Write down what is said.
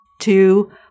Two